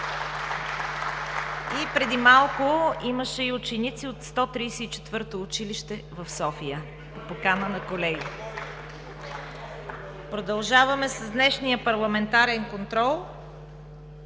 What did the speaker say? Преди малко имаше и ученици от 134 училище в София по покана на колеги. Продължаваме с днешния парламентарен контрол.